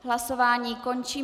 Hlasování končím.